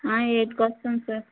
ఎయిట్కి వస్తాను సార్